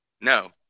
No